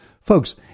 Folks